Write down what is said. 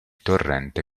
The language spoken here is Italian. torrente